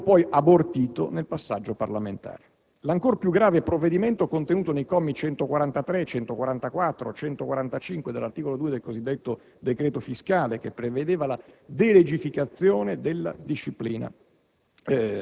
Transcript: tentativo è poi abortito nel passaggio parlamentare. Penso, inoltre, all'ancor più grave provvedimento contenuto nei commi 143, 144 e 145 dell'articolo 2 del cosiddetto decreto fiscale, che prevedeva la delegificazione della disciplina